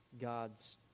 God's